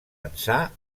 ençà